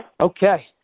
Okay